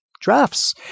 drafts